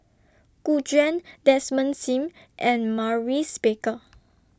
Gu Juan Desmond SIM and Maurice Baker